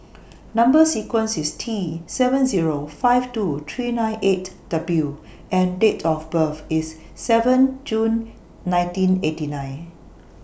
Number sequence IS T seven Zero five two three nine eight W and Date of birth IS seven June nineteen eighty nine